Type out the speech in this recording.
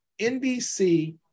NBC